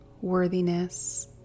worthiness